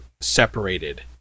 separated